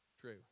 True